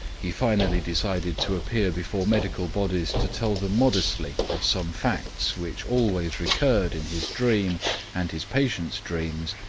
he finally decided to appear before medical bodies to tell them modestly of some facts which always recurred in his dream and his patients' dreams,